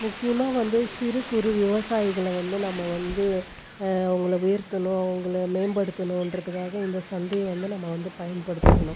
முக்கியமாக வந்து சிறு குறு விவசாயிகளை வந்து நம்ம வந்து அவங்கள உயர்த்தணும் அவங்களை மேம்படுத்தணுன்றதுக்காக இந்த சந்தையாக வந்து நம்ம வந்து பயன்படுத்திகணும்